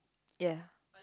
ya